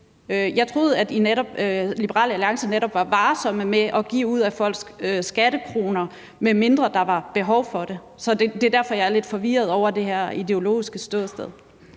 Jeg troede, at Liberal Alliance netop var varsomme med at give ud af folks skattekroner, medmindre der var behov for det. Det er derfor, jeg er lidt forvirret over det her ideologiske ståsted.